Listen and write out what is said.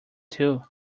too